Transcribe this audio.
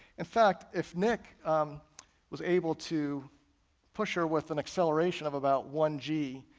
in fact if nick was able to push her with an acceleration of about one g,